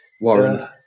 warren